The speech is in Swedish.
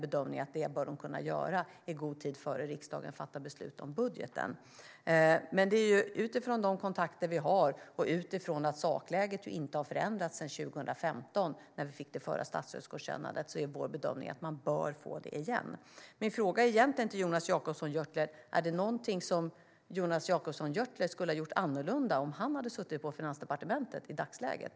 Bedömningen är att man bör kunna göra det i god tid innan riksdagen fattar beslut om budgeten. Utifrån de kontakter vi har och utifrån det faktum att sakläget inte har förändrats sedan 2015, då vi fick det förra statsstödsgodkännandet, är vår bedömning att vi bör få det igen. Min fråga till Jonas Jacobsson Gjörtler är egentligen: Är det något som Jonas Jacobsson Gjörtler skulle ha gjort annorlunda om han hade suttit på Finansdepartementet i dagsläget?